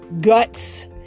guts